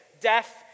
deaf